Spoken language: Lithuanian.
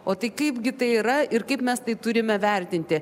o tai kaipgi tai yra ir kaip mes tai turime vertinti